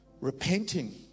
repenting